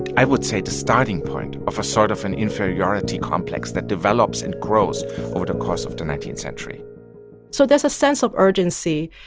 and i would say, the starting point of a sort of an inferiority complex that develops and grows over the course of the nineteenth century so there's a sense of urgency,